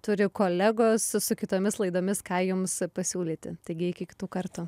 turi kolegos su kitomis laidomis ką jums pasiūlyti taigi iki kitų kartų